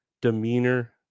demeanor